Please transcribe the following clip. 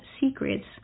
secrets